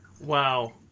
Wow